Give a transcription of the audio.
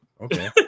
Okay